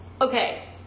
Okay